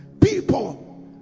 People